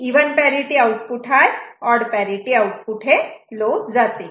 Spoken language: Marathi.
इव्हन पॅरिटि आउटपुट हाय आणि ऑड पॅरिटि आउटपुट लो जाते